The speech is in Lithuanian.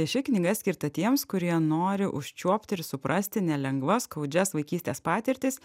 ši knyga skirta tiems kurie nori užčiuopti ir suprasti nelengvas skaudžias vaikystės patirtis